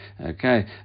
Okay